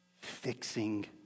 fixing